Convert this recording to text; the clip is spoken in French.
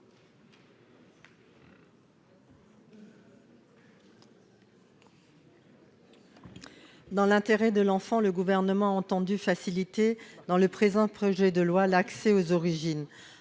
Dans l'intérêt de l'enfant, le Gouvernement a entendu faciliter, par ce projet de loi, l'accès aux origines.